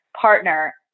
partner